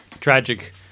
Tragic